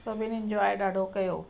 सभिनीनि जो आहे ॾाढो कयो